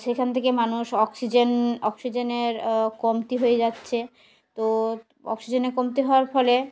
সেখান থেকে মানুষ অক্সিজেন অক্সিজেনের কমতি হয়ে যাচ্ছে তো অক্সিজেনের কমতি হওয়ার ফলে